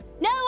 no